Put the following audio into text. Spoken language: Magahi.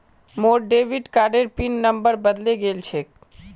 मोर डेबिट कार्डेर पिन नंबर बदले गेल छेक